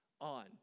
on